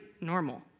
normal